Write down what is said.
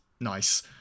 nice